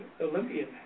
Olympian